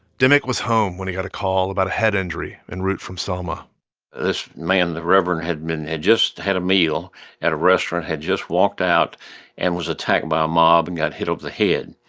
dimick was home when he got a call about a head injury en and route from selma this man, the reverend, had been had just had a meal at a restaurant, had just walked out and was attacked by a a mob and got hit over the head.